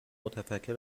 متفکر